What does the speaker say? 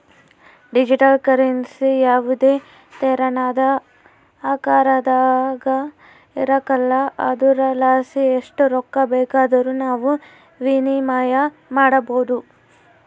digital currency ಯಾವುದೇ ತೆರನಾದ ಆಕಾರದಾಗ ಇರಕಲ್ಲ ಆದುರಲಾಸಿ ಎಸ್ಟ್ ರೊಕ್ಕ ಬೇಕಾದರೂ ನಾವು ವಿನಿಮಯ ಮಾಡಬೋದು